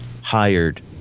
hired